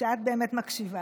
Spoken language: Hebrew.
שאת באמת מקשיבה,